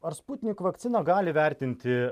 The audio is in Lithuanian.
ar sputnik vakciną gali vertinti